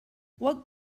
what